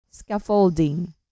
Scaffolding